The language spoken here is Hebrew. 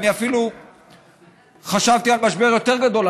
אני אפילו חשבתי על משבר יותר גדול,